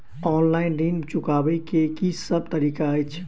Online ऋण चुकाबै केँ की सब तरीका अछि?